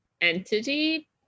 entity